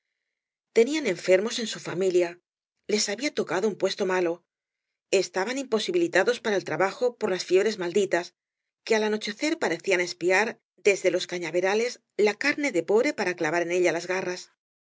tenían enfermos en su familia les había tocado un puesto malo estaban imposibilitados para el trabajo por las fiabres malditas que al anochecer parecían espiar desde los cañaverales la carne de pobre para clavar en ella las garras